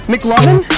McLovin